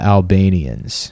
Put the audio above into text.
Albanians